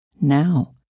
now